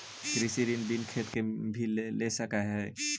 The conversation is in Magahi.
कृषि ऋण बिना खेत बाला भी ले सक है?